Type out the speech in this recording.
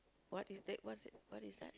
what is that what's that what is that